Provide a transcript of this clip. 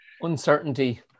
uncertainty